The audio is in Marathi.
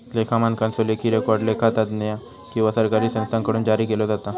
लेखा मानकांचो लेखी रेकॉर्ड लेखा तज्ञ किंवा सरकारी संस्थांकडुन जारी केलो जाता